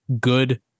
good